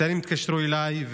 הצעירים התקשרו אליי,